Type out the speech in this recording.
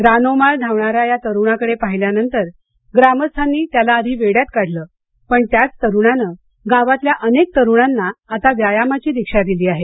रानोमाळ धावणाऱ्या या तरुणाकडे पाहिल्यानंतर ग्रामस्थांनी त्याला आधी वेड्यात काढलं पण त्याच तरुणाने गावातल्या अनेक तरुणांना आता व्यायामाची दीक्षा दिली आहे